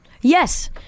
yes